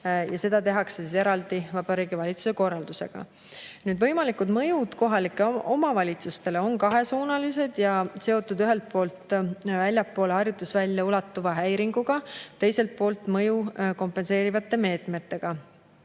Seda tehakse eraldi Vabariigi Valitsuse korraldusega. Võimalikud mõjud kohalikele omavalitsustele on kahesuunalised ja seotud ühelt poolt väljapoole harjutusvälja ulatuva häiringuga, teiselt poolt mõju kompenseerivate meetmetega.